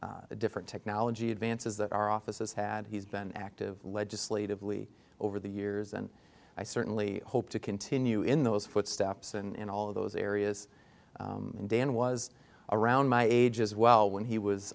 different technology advances that our offices had he's been active legislatively over the years and i certainly hope to continue in those footsteps and all of those areas and dan was around my age as well when he was